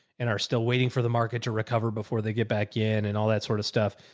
and are still waiting for the market to recover before they get back in and all that sort of stuff.